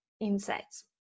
insights